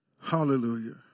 Hallelujah